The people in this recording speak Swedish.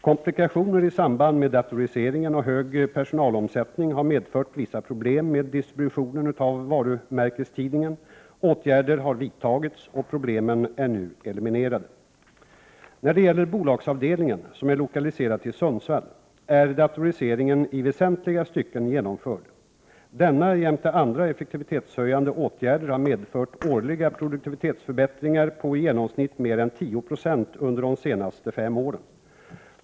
Komplikationer i samband med datoriseringen och hög personalomsättning har medfört vissa problem med distributionen av varumärkestidningen. Åtgärder har vidtagits och problemen är nu eliminerade. När det gäller bolagsavdelningen, som är lokaliserad till Sundsvall, är datoriseringen i väsentliga stycken genomförd. Denna, jämte andra effektivitetshöjande åtgärder, har medfört årliga produktivitetsförbättringar på i genomsnitt mer än 10 26 under de senaste fem åren.